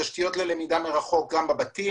תשתיות ללמידה מרחוק גם בבתים,